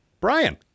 brian